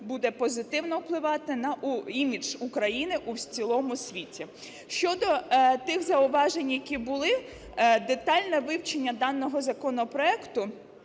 буде позитивно впливати на імідж України у цілому світі. Щодо тих зауважень, яку були. Детальне вивчення даного законопроекту